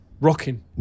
rocking